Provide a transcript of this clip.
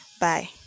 Bye